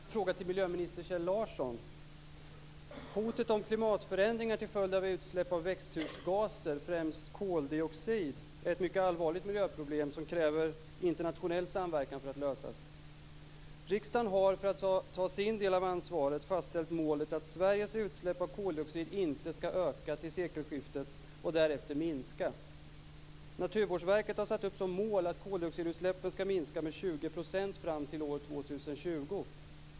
Fru talman! Jag vill ställa en fråga till miljöminister Kjell Larsson. Hotet om klimatförändringar till följd av utsläpp av växthusgaser, främst koldioxid, är ett mycket allvarligt miljöproblem som kräver internationell samverkan för att lösas. Riksdagen har för att ta sin del av ansvaret, fastställt målet att Sveriges utsläpp av koldioxid inte skall öka till sekelskiftet och därefter minska. Naturvårdsverket har satt upp som mål att koldioxidutsläppen skall minska med 20 % fram till år 2020.